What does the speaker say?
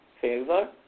favor